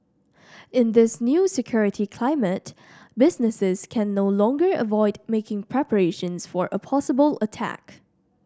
in this new security climate businesses can no longer avoid making preparations for a possible attack